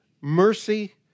mercy